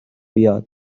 بیاد